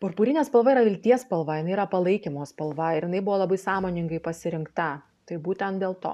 purpurinė spalva yra vilties spalva jinai yra palaikymo spalva ir jinai buvo labai sąmoningai pasirinkta tai būtent dėl to